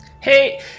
Hey